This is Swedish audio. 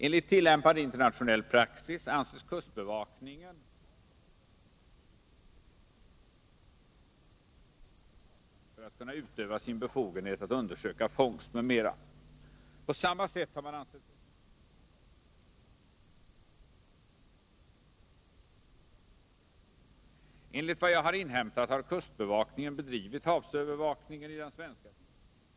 Enligt tillämpad internationell praxis anses kustbevakningen ha, trots att uttryckliga föreskrifter saknas, rätt att stoppa utländska fartyg för att kunna utöva sin befogenhet att undersöka fångst m.m. På samma sätt har man ansett sig kunna inbringa fartyg till svensk hamn för utredning genom polisoch åklagarmyndighets försorg. Enligt vad jag har inhämtat har kustbevakningen bedrivit havsövervakningen i den svenska fiskezonen med stor effektivitet.